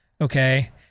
Okay